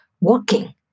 working